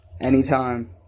anytime